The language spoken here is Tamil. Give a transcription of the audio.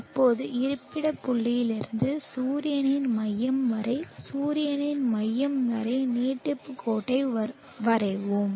இப்போது இருப்பிட புள்ளியிலிருந்து சூரியனின் மையம் வரை சூரியனின் மையம் வரை நீட்டிப்பு கோட்டை வரைவோம்